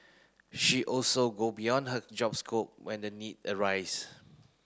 she also go beyond her job scope when the need arise